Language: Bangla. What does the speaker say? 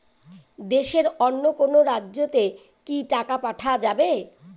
দেশের অন্য কোনো রাজ্য তে কি টাকা পাঠা যাবে?